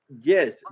Yes